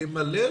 למלל,